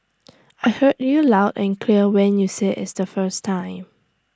I heard you loud and clear when you said is the first time